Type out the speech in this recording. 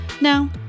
Now